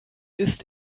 ist